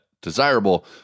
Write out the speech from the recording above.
desirable